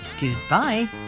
Goodbye